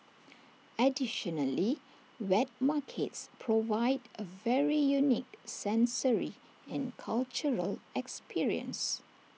additionally wet markets provide A very unique sensory and cultural experience